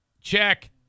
check